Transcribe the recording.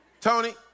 Tony